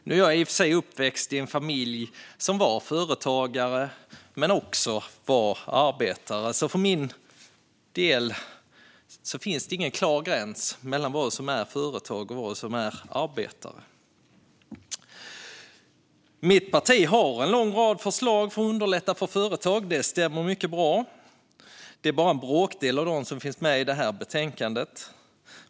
Nu är jag i och för sig uppvuxen i en familj som var företagare men också arbetare. För min del finns det därför ingen klar gräns mellan företag och arbetare. Det stämmer bra att mitt parti har en lång rad förslag för att underlätta för företag. Det är bara en bråkdel av dem som finns med i betänkandet.